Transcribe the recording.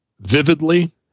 vividly